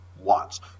wants